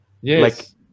Yes